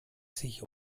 sich